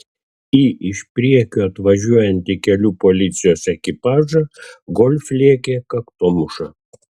į iš priekio atvažiuojantį kelių policijos ekipažą golf lėkė kaktomuša